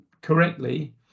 correctly